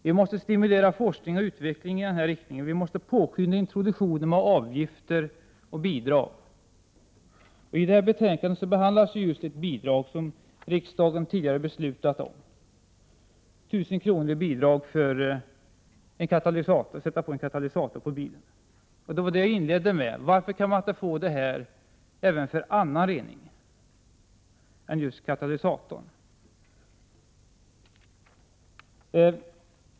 Vi måste stimulera forskning och utveckling i denna riktning och påskynda introduktionen av avgifter och bidrag. I detta betänkande behandlas just ett bidrag som riksdagen tidigare har beslutat om, nämligen 1 000 kr. i bidrag för att sätta katalysator på bilen. Det var det som jag inledde med: Varför kan man inte få bidrag för annan rening än just katalysator?